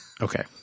Okay